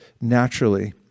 naturally